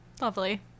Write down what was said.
Lovely